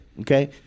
Okay